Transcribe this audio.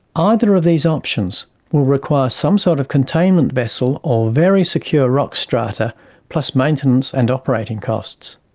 either of these options will require some sort of containment vessel or very secure rock strata plus maintenance and operating costs.